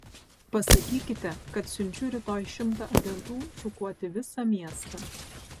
pasakykite kad siunčiu rytoj šimtą agentų šukuoti visą miestą